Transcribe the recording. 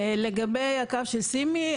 לגבי ה'קו של סימי',